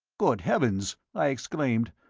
good heavens! i exclaimed,